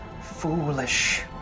foolish